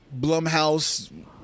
Blumhouse